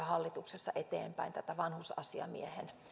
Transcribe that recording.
hallituksessa eteenpäin tätä vanhusasiamiehen